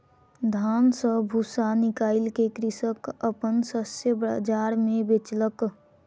धान सॅ भूस्सा निकाइल के कृषक अपन शस्य बाजार मे बेचलक